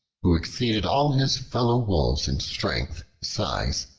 who exceeded all his fellow-wolves in strength, size,